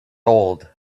old